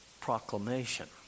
proclamation